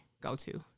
go-to